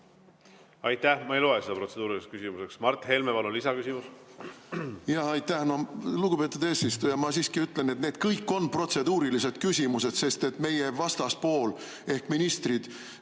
Aitäh! Ma ei loe seda protseduuriliseks küsimuseks. Mart Helme, palun, lisaküsimus! Aitäh, lugupeetud eesistuja! Ma siiski ütlen, et need kõik on protseduurilised küsimused, sest et meie vastaspool ehk ministrid